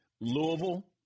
Louisville